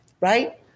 right